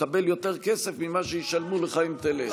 תקבל יותר כסף ממה שישלמו לך אם תלך.